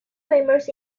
famous